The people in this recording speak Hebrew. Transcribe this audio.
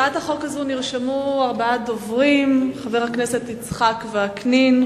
להצעת החוק הזאת נרשמו ארבעה דוברים: חבר הכנסת יצחק וקנין,